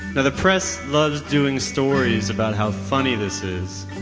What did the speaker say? the the press loves doing stories about how funny this is.